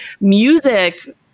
music